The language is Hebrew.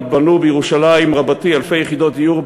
ייבנו בירושלים רבתי אלפי יחידות דיור,